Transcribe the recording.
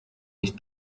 nicht